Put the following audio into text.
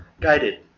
guided